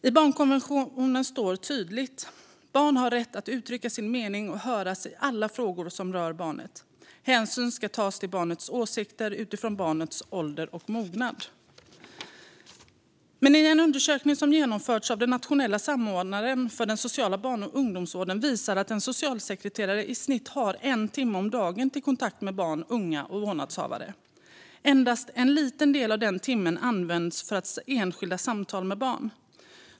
I barnkonventionen står tydligt: Barn har rätt att uttrycka sin mening och höras i alla frågor som rör barnet. Hänsyn ska tas till barnets åsikter, utifrån barnets ålder och mognad. Men en undersökning som genomförts av den nationella samordnaren för den sociala barn och ungdomsvården visar att en socialsekreterare i snitt har en timme om dagen till kontakt med barn, unga och vårdnadshavare. Endast en liten del av den timmen används för enskilda samtal med barn.